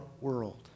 world